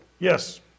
Yes